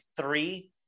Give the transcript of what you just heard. three